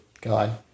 guy